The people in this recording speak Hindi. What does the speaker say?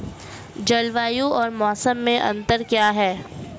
जलवायु और मौसम में अंतर क्या है?